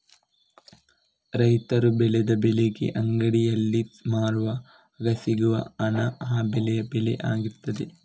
ರೈತರು ಬೆಳೆದ ಬೆಳೆಗೆ ಅಂಗಡಿಯಲ್ಲಿ ಮಾರುವಾಗ ಸಿಗುವ ಹಣ ಆ ಬೆಳೆಯ ಬೆಲೆ ಆಗಿರ್ತದೆ